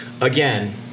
again